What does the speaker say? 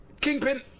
Kingpin